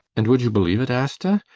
and would you believe it, asta?